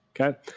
Okay